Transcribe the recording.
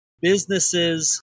businesses